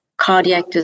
cardiac